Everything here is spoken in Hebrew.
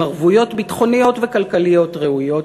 עם ערבויות ביטחוניות וכלכליות ראויות".